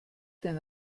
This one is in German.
den